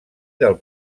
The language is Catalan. del